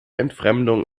entfremdung